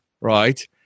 Right